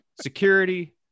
security